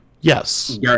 Yes